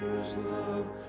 love